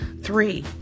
Three